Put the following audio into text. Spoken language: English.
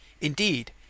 Indeed